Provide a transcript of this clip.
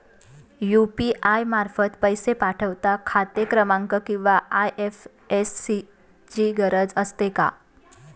UPI मार्फत पैसे पाठवता खाते क्रमांक किंवा आय.एफ.एस.सी ची गरज असते का?